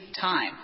time